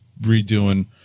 redoing